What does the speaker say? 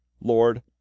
Lord